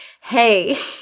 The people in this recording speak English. hey